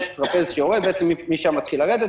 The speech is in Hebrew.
בעצם משם מתחילים לרדת.